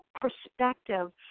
perspective